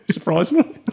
Surprisingly